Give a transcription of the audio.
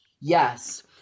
yes